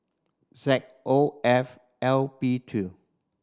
Z O F L P two